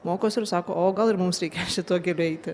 mokosi ir sako o gal ir mums reikia šituo keliu eiti